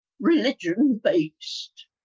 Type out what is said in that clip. religion-based